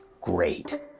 Great